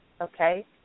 okay